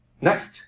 Next